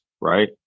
right